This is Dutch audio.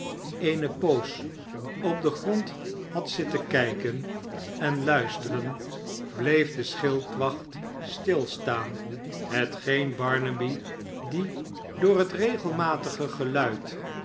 eene poos op den grond had zitten kijken en luisteren bleef de schildwacht stilstaan hetgeen barnaby die door het regelmatige geluid